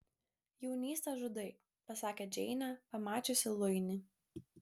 jaunystę žudai pasakė džeinė pamačiusi luinį